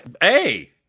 hey